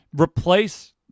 replace